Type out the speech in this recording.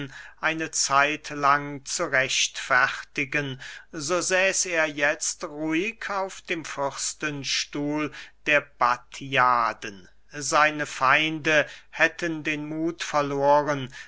eine zeitlang zu rechtfertigen so säß er jetzt ruhig auf dem fürstenstuhl der battiaden seine feinde hätten den muth verloren